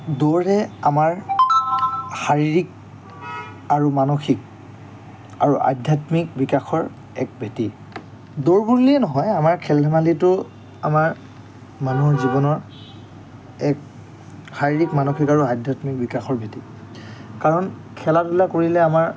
দৌৰে আমাৰ শাৰীৰিক আৰু মানসিক আৰু আধ্যাত্মিক বিকাশৰ এক ভেটি দৌৰ বুলিয়ে নহয় আমাৰ খেল ধেমালিটো আমাৰ মানুহৰ জীৱনৰ এক শাৰীৰিক মানসিক আৰু আধ্যাত্মিক বিকাশৰ ভেটি কাৰণ খেলা ধূলা কৰিলে আমাৰ